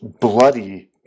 bloody